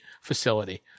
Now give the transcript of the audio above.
facility